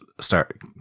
start